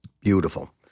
Beautiful